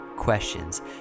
questions